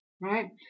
Right